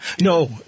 No